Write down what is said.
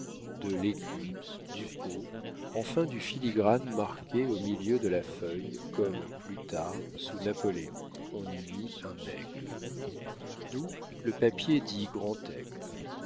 de l'écu du pot enfin du filigrane marqué au milieu de la feuille comme plus tard sous napoléon on y mit un aigle d'où le papier dit grand-aigle